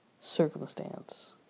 circumstance